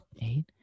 eight